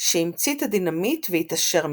שהמציא את הדינמיט והתעשר מכך.